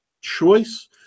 choice